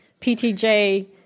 PTJ